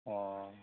अ